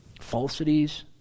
Falsities